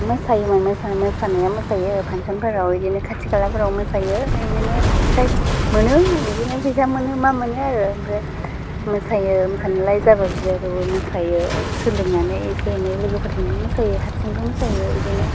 आंथ' मोसायोमोन मासानाया मोसायो फांशनफोर बिदिनो खाथि खालाफोराव ओमफ्राय बिदिनो प्राइज मोनो बिदिनो फैसा मोनो मा मोनो आरो ओमफ्राय मोसायो मोसानायालाय जाबाबो जायाबाबो मोसायो सोलोंनानै एसे एनै लोगोफोरजोंबो मोसायो हारसिंबो मोसायो बिदिनो